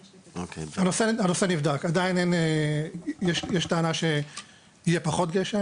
הנושא הזה נבדק ועדיין אין כרגע איזה משהו חד משמעי.